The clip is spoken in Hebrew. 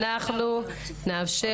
אנחנו נאפשר לדבר,